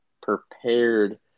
prepared